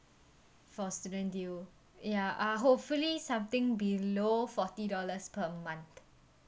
for student deal ya uh hopefully something below forty dollars per month